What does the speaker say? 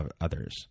others